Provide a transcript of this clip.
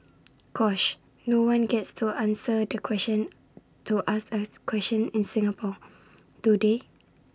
gosh no one gets to answer the question to ask as question in Singapore do they